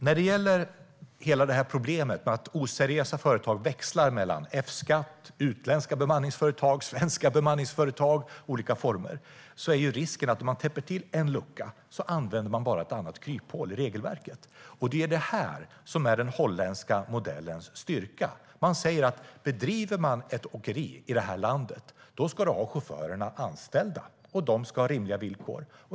När det gäller hela problemet med att oseriösa företag växlar mellan olika former av F-skatt, utländska bemanningsföretag och svenska bemanningsföretag är risken att om en lucka täpps till använder de bara ett annat kryphål i regelverket. Det är detta som är den holländska modellens styrka. De säger att om man bedriver ett åkeri i landet ska man ha chaufförerna anställda, och de ska ha rimliga villkor.